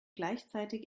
gleichzeitig